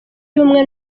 y’ubumwe